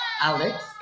Alex